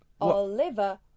Oliver